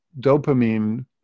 dopamine